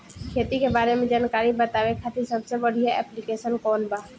खेती के बारे में जानकारी बतावे खातिर सबसे बढ़िया ऐप्लिकेशन कौन बा?